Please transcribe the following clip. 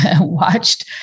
watched